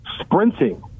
sprinting